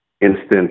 instant